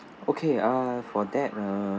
okay uh for that uh